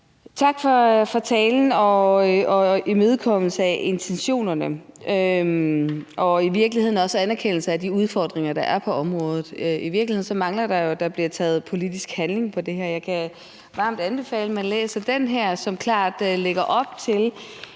Tak for talen og imødekommelsen af intentionerne og i virkeligheden også anerkendelsen af de udfordringer, der er på området. I virkeligheden mangler der, at der bliver taget politisk handling i forhold til det her. Jeg kan varmt anbefale, at man læser den her rapport, som klart lægger op til,